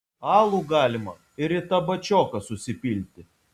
alų galima ir į tą bačioką susipilti